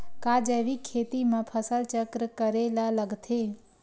का जैविक खेती म फसल चक्र करे ल लगथे?